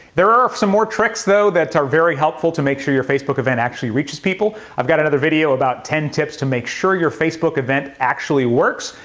there are some more tricks though that are very helpful to make sure your facebook even actually reaches people. i've got another video about ten tips to make sure your facebook event actually works,